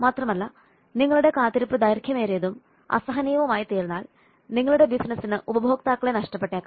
മാത്രമല്ല നിങ്ങളുടെ കാത്തിരിപ്പ് ദൈർഘ്യമേറിയതും അസഹനീയവുമായിത്തീർന്നാൽ നിങ്ങളുടെ ബിസിനസിന് ഉപഭോക്താക്കളെ നഷ്ടപ്പെട്ടേക്കാം